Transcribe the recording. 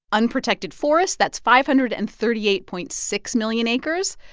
unprotected forest. that's five hundred and thirty eight point six million acres.